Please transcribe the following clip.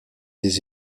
des